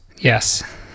yes